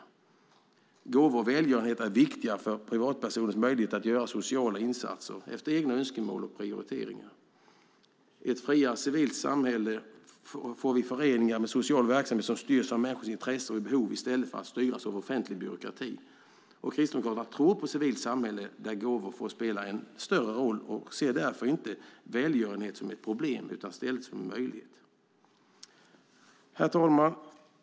Gåvor och olika former av välgörenhet är viktiga för privatpersoners möjlighet att göra sociala insatser efter egna önskemål och prioriteringar. I ett friare civilt samhälle får vi föreningar av social verksamhet som styrs av människors intresse och behov i stället för att styras av offentlig byråkrati. Kristdemokraterna tror på ett civilt samhälle där gåvor får spela en större roll. Vi ser därför inte välgörenhet som ett problem utan i stället som en möjlighet. Herr talman!